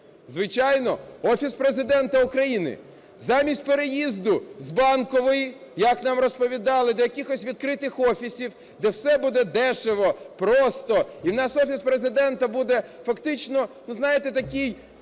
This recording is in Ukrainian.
Звичайно, Офіс Президента України. Замість переїзду з Банкової, як нам розповідали, до якихось відкритих офісів, де все буде дешево, просто, і у нас Офіс Президента буде фактично, ну, знаєте такий